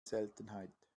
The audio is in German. seltenheit